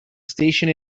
station